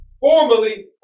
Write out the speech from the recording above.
Formally